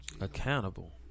accountable